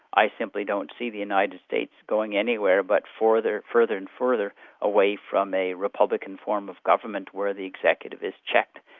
i simply don't see the united states going anywhere but further further and further away from a republican form of government where the executive is checked,